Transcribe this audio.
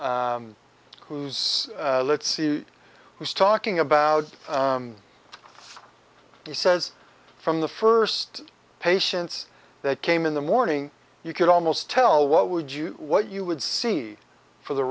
who's let's see who's talking about he says from the first patients that came in the morning you could almost tell what would you what you would see for the